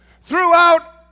Throughout